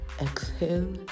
exhale